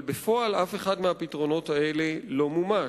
אבל בפועל אף אחד מהפתרונות לא מומש.